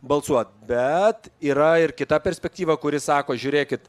balsuot bet yra ir kita perspektyva kuri sako žiūrėkit